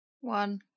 One